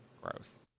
Gross